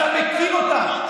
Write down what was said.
אתה מכיר אותם,